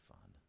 fun